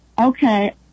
okay